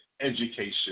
education